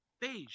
Beige